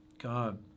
God